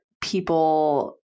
people